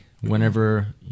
whenever